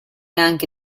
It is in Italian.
anche